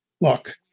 Look